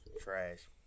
trash